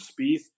Spieth